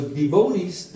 devotees